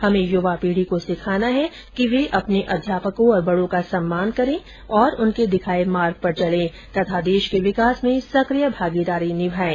हमें युवा पीढ़ी को सिखाना है कि वे अपने अध्यापको और बड़ों का सम्मान करें और उनके दिखाए मार्ग पर चले तथा देश के विकास में सक्रिय भागीदारी निभाएं